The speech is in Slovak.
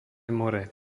more